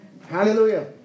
Hallelujah